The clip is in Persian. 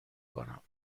کنم